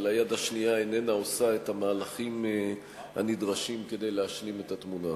אבל היד השנייה איננה עושה את המהלכים הנדרשים כדי להשלים את התמונה.